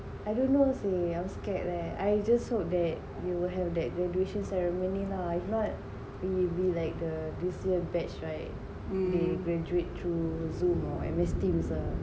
I don't know seh I'm scared that I just hope that it will have that graduation ceremony lah if not we will be like the this year batch right they graduate through Zoom or M_S Teams ah